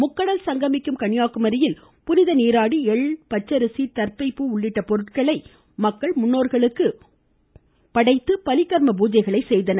முக்கடல் சங்கமிக்கும் கன்னியாகுமரியில் புனித நீராடி எள் பச்சரிசி தர்ப்பை பூ உள்ளிட்ட பொருட்களை கொண்டு முன்னோர்களுக்கு பலிகர்ம பூஜைகள் செய்தனர்